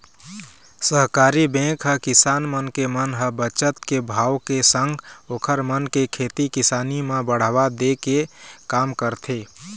सहकारी बेंक ह किसान मन के मन म बचत के भाव के संग ओखर मन के खेती किसानी म बढ़ावा दे के काम करथे